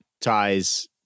ties